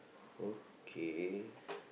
okay